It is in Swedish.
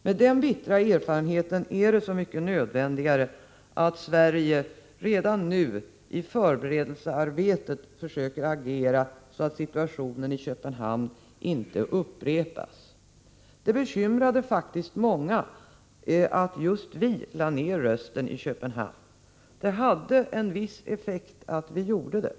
Med den bittra erfarenheten är det så mycket mer nödvändigt att Sverige redan nu i förberedelsearbetet försöker agera så att situationen i Köpenhamn inte upprepas. Det bekymrade faktiskt många att just vi lade ner rösten i Köpenhamn. Det hade en viss effekt att vi gjorde det.